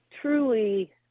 truly